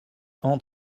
hent